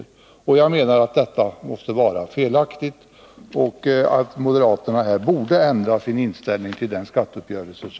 Enligt min mening måste detta vara felaktigt. Moderaterna borde ändra sin inställning till den träffade skatteuppgörelsen.